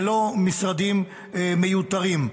ולא במשרדים מיותרים.